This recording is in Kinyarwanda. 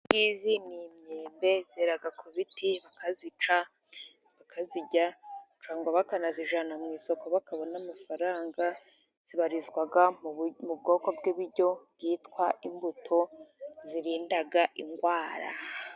Izi ni imyembe zera ku biti bakazica bakazijyana mu isoko bakabona amafaranga. Zibarizwa mu bwoko bw'ibiryo byitwa imbuto zirinda indwara.